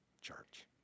church